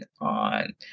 on